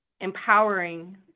empowering